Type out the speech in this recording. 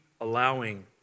allowing